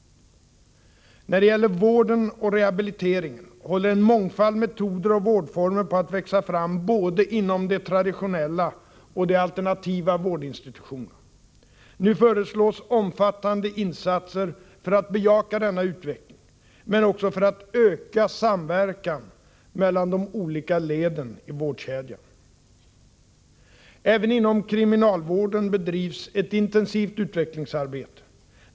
När det gäller vården och rehabiliteringen håller en mångfald metoder och vårdformer på att växa fram både inom de traditionella och inom de alternativa vårdinstitutionerna. Nu föreslås omfattande instser för att bejaka denna utveckling, men också för att öka samverkan mellan de olika leden i vårdkedjan. Även inom kriminalvården bedrivs ett intensivt utvecklingsarbete.